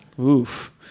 Oof